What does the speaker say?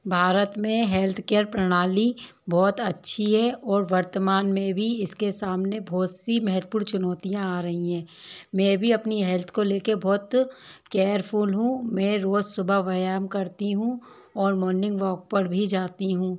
भारत में हेल्थकेर प्रणाली बहुत अच्छी है और वर्तमान में भी इसके सामने बहुत सी महत्वपूर्ण चुनौतियाँ आ रही है मैं भी अपनी हेल्थ को लेके बहुत केरफूल हूँ मै रोज सुबह व्यायाम करती हूँ और मॉर्निग वॉक पर भी जाती हूँ